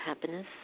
happiness